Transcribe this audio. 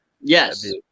Yes